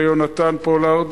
ליונתן פולארד,